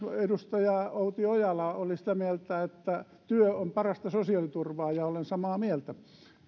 edustaja outi ojala oli sitä mieltä että työ on parasta sosiaaliturvaa ja olen samaa mieltä